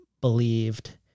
believed